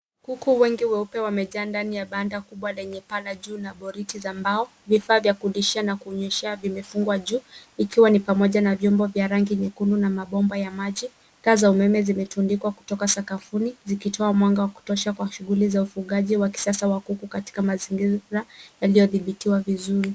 Kuku wengi weupe wamejaa ndani ya banda kubwa lenye paa la juu na boriti za mbao, vifaa vya kudishia na kunyweshea vimefungwa juu, ikiwa ni pamoja na vyumbo vya rangi nyekundu na mabomba ya maji. Taa za umeme zimetundikwa kutoka sakafuni, zikitoa mwanga wa kutosha kwa shughuli za wafugaji wa kisasa wa kuku katika mazingira yaliyodhibitiwa vizuri.